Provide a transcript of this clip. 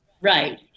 Right